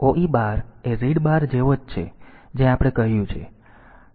તેથી OE bar એ read bar જેવો જ છે જે આપણે કહ્યું છે